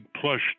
plush